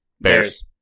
Bears